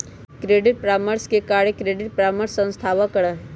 credit परामर्श के कार्य क्रेडिट परामर्श संस्थावह करा हई